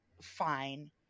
fine